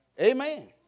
Amen